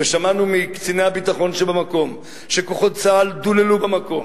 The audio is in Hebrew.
ושמענו מקציני הביטחון במקום שכוחות צה"ל דוללו במקום,